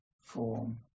form